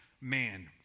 Man